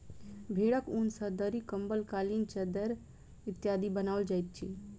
भेंड़क ऊन सॅ दरी, कम्बल, कालीन, चद्दैर इत्यादि बनाओल जाइत अछि